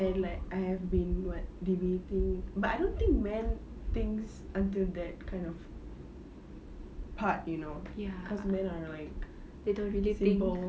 and like I have been what debating but I don't think men think until that kind of part you know cause men are like simple